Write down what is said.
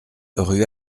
rue